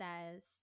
says